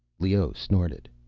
leoh snorted.